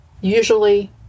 usually